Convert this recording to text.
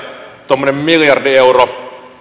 tuommoinen miljardi euroa